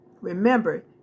remember